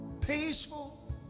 peaceful